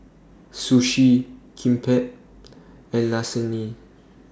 Sushi Kimbap and Lasagne